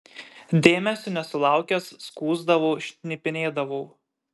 dėmesio nesulaukęs skųsdavau šnipinėdavau